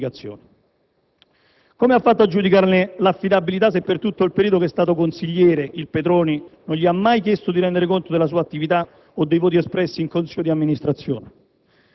Non ha inoltre spiegato come ha fatto a verificare l'affidabilità o meno dello stesso Petroni, visto che per tutto il periodo in cui è stato consigliere non gli ha mai consegnato o fatto pervenire alcuna direttiva o indicazione.